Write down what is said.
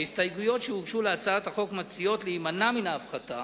ההסתייגויות שהוגשו להצעת החוק מציעות להימנע מן ההפחתה